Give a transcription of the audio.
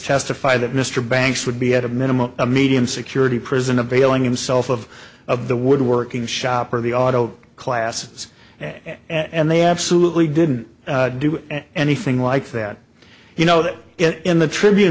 testify that mr banks would be at a minimum a medium security prison availing himself of of the woodworking shop or the auto classes and they absolutely didn't do anything like that you know that in the tribune